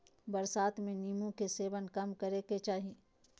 बरसात में नीम्बू के सेवन कम करे के चाही